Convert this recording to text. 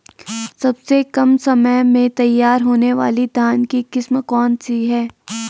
सबसे कम समय में तैयार होने वाली धान की किस्म कौन सी है?